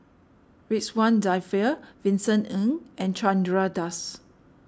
Ridzwan Dzafir Vincent Ng and Chandra Das